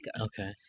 Okay